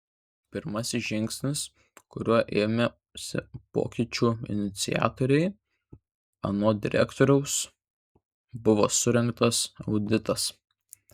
pirmasis žingsnis kurio ėmėsi pokyčių iniciatoriai anot direktoriaus buvo surengtas auditas